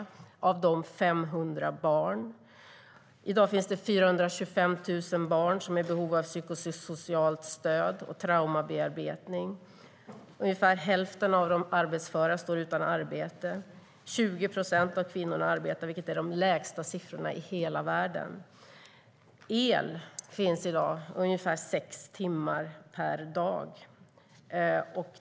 500 av dem var barn. I dag finns det 425 000 barn som är i behov av psykosocialt stöd och traumabearbetning. Ungefär hälften av de arbetsföra står utan arbete. 20 procent av kvinnorna arbetar. Det är de lägsta siffrorna i hela världen. El finns för närvarande ungefär sex timmar per dag.